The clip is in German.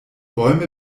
bäume